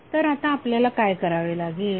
तर आता आपल्याला काय करावे लागेल